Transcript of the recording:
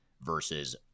versus